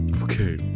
Okay